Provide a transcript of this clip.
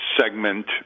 segment